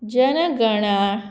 जनगणा